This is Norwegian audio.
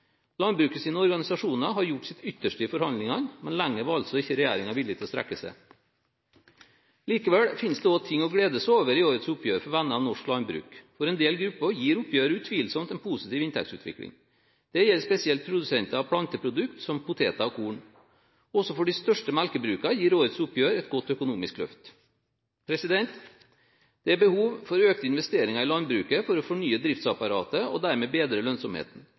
landbruket sett under ett klarer en med nød og neppe å holde tritt med gjennomsnittlig lønnsutvikling for øvrige lønnsmottakere. Landbrukets organisasjoner har gjort sitt ytterste i forhandlingene, men lenger var altså ikke regjeringen villig til å strekke seg. Likevel finnes det også ting å glede seg over i årets oppgjør for venner av norsk landbruk: For en del grupper gir oppgjøret utvilsomt en positiv inntektsutvikling. Det gjelder spesielt produsenter av planteprodukter som poteter og korn. Også for de største melkebrukene gir årets oppgjør et godt økonomisk løft. Det er behov for økte investeringer i landbruket for